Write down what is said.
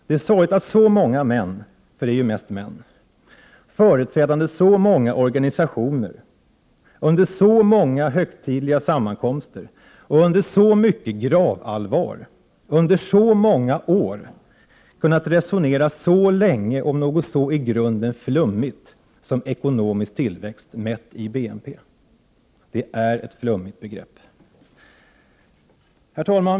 Det är sorgligt att så många män — för det är ju mest män — företrädande så många organisationer, under så många högtidliga sammankomster och under så mycket gravallvar, under så många år kunnat resonera så länge om något så i grunden flummigt som ekonomisk tillväxt mätt i BNP. Det är ett flummigt begrepp. Herr talman!